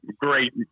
great